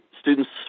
students